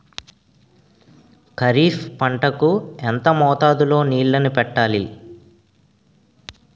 ఖరిఫ్ పంట కు ఎంత మోతాదులో నీళ్ళని పెట్టాలి?